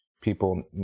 People